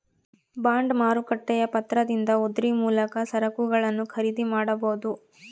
bond ಮಾರುಕಟ್ಟೆಯ ಪತ್ರದಿಂದ ಉದ್ರಿ ಮೂಲಕ ಸರಕುಗಳನ್ನು ಖರೀದಿ ಮಾಡಬೊದು